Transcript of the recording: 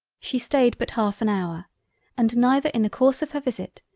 she staid but half an hour and neither in the course of her visit,